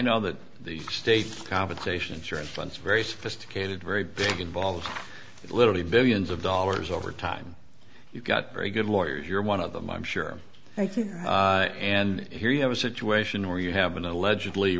know that the state compensation insurance runs very sophisticated very big involved literally billions of dollars over time you've got very good lawyers you're one of them i'm sure i think and here you have a situation where you have an allegedly